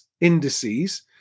indices